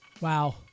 Wow